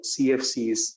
CFCs